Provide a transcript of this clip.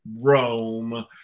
rome